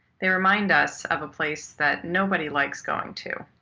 they remind us of a place that nobody likes going to